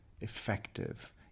effective